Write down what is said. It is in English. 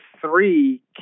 three